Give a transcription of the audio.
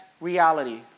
reality